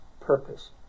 purpose